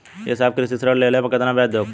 ए साहब कृषि ऋण लेहले पर कितना ब्याज देवे पणी?